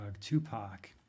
Tupac